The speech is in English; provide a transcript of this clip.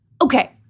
Okay